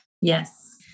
Yes